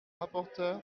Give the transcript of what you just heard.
rapporteur